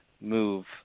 move